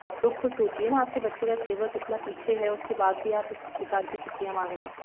आप लोग ख़ुद सोचिए ना आपके बच्चे का स्लेबस इतना पीछे है उसके बाद भी आप इस प्रकार की छुट्टियाँ मांग रहे हैं